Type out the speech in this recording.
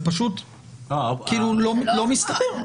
זה פשוט לא מסתדר.